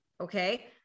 Okay